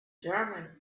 german